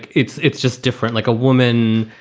it's it's just different like a woman.